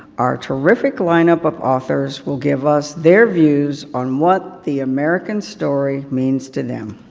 our terrific lineup of authors will give us their views on what the american story means to them.